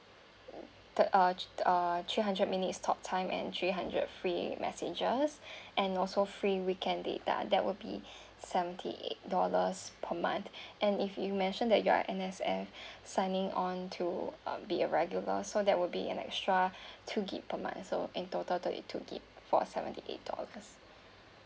the uh uh three hundred minutes talk time and three hundred free messages and also free weekend data that will be seventy eight dollars per month and if you mention that you are N_S_F signing on to um be a regular so that will be an extra two GB per month so in total thirty two gb for seventy eight dollar